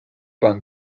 pan